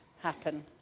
happen